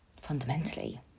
fundamentally